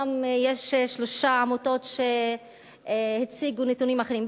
גם שלוש עמותות הציגו נתונים אחרים.